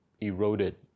eroded